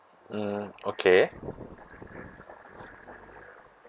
mm okay